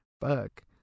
Fuck